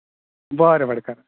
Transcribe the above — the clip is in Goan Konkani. बरें भाटकारा